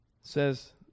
says